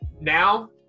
now